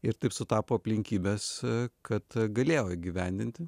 ir taip sutapo aplinkybės kad galėjau įgyvendinti